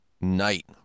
night